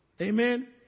Amen